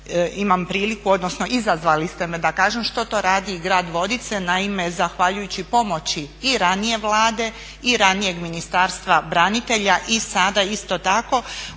imam priliku, odnosno izazvali ste me da kažem što to radi i grad Vodice. Naime, zahvaljujući pomoći i ranije Vlade i ranijeg Ministarstva branitelja i sada isto tako